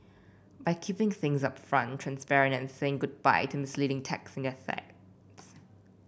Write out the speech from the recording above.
by keeping things upfront transparent and saying goodbye to misleading text in their ads